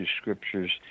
scriptures